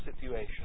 situation